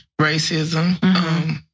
racism